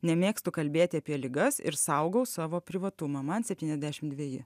nemėgstu kalbėti apie ligas ir saugau savo privatumą man septyniasdešimt dveji